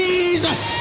Jesus